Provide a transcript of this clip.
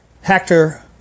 hector